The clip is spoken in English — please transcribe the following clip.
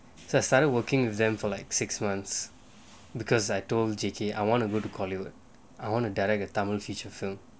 so I started working with them for like six months because I told J_K I want to go to call it what I want to direct a tamil feature film